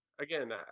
Again